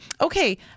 Okay